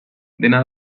dena